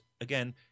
again